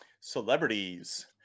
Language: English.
Celebrities